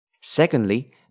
Secondly